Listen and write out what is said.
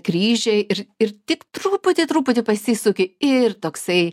kryžiai ir ir tik truputį truputį pasisuki ir toksai